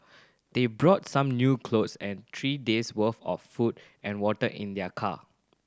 they brought some new clothes and three days' worth of food and water in their car